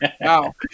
Wow